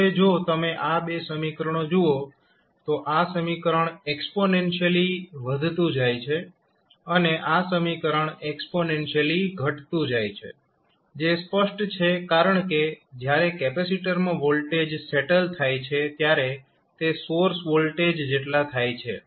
હવે જો તમે આ 2 સમીકરણો જુઓ તો આ સમીકરણ એક્સ્પોનેંશિયલિ વધતું જાય છે અને આ સમીકરણ એક્સ્પોનેંશિયલિ ઘટતું જાય છે જે સ્પષ્ટ છે કારણકે જ્યારે કેપેસિટરમાં વોલ્ટેજ સેટલ થાય છે ત્યારે તે સોર્સ વોલ્ટેજ જેટલા થાય છે